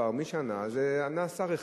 מי שענה בשבוע שעבר היה שר אחד,